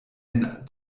den